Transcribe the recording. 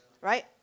right